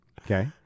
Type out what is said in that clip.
Okay